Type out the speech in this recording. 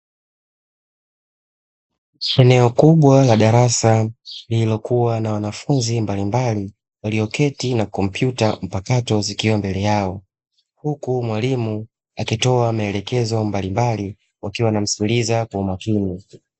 Eneo kubwa la darasa lililokuwa na wanafunzi mbalimbali walioketi na kompyuta mpakato zikiwa mbele yao, huku mwalimu akitoa maelekezo mbalimbali wakiwa wanamsikiliza kwa umakini.